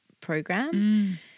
program